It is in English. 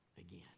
again